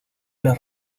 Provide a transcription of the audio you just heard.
las